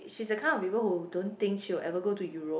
she's the kind of people who don't think she will ever go to Europe